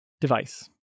device